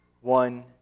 One